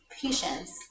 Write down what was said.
patience